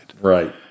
Right